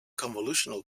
convolutional